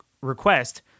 request